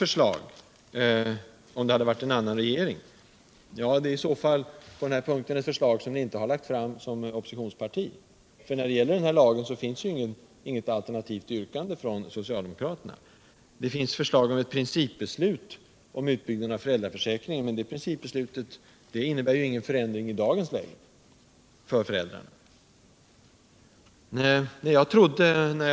Ingrid Ludvigsson sade att vi med en annan regering skulle ha haft ett bättre förslag att behandla. Till det vill jag säga att socialdemokraterna i varje fall inte som oppositionsparti har lagt fram något alternativt förslag, åtminstone finns inte något alternativt yrkande till dagens betänkande. Det finns visserligen förslag om eu principbeslut beträffande utbyggnaden av föräldraförsäkringen, men ett sädant principbeslut innebär ju ingen förändring för föräldrarna i dagens läge.